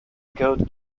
gold